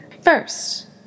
First